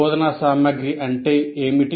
బోధనా సామగ్రి అంటే ఏమిటి